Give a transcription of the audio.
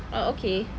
oh okay